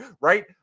right